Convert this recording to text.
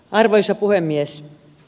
arvoisa puhemies